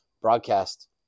broadcast